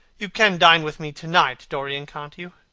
you can dine with me to-night, dorian, can't you?